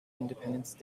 independence